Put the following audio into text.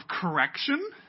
correction